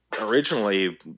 originally